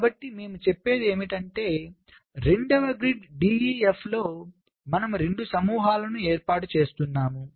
కాబట్టి మేము చెప్పేది ఏమిటంటే రెండవ గ్రిడ్ D E F లో మనము 2 సమూహాలను ఏర్పాటు చేస్తున్నాము